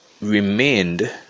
remained